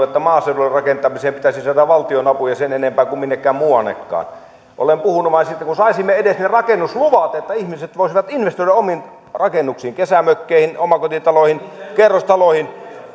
että maaseudulle rakentamiseen pitäisi saada valtionapuja sen enempää kuin minnekään muuannekaan olen puhunut vain siitä että kun saisimme edes ne rakennusluvat että ihmiset voisivat investoida omiin rakennuksiin kesämökkeihin omakotitaloihin kerrostaloihin